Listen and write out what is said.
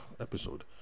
episode